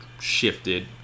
shifted